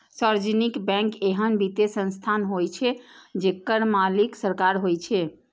सार्वजनिक बैंक एहन वित्तीय संस्थान होइ छै, जेकर मालिक सरकार होइ छै